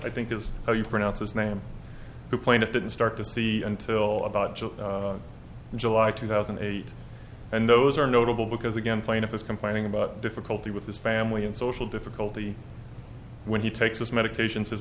i think is how you pronounce his name the plaintiff didn't start to see until about june and july two thousand and eight and those are notable because again plaintiff is complaining about difficulty with his family and social difficulty when he takes his medication